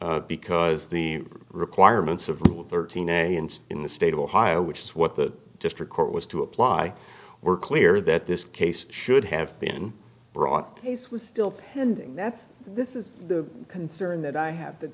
no because the requirements of rule thirteen a and in the state of ohio which is what the district court was to apply were clear that this case should have been brought case was still pending that's this is the concern that i have that